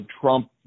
Trump